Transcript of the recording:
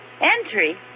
Entry